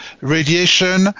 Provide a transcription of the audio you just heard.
radiation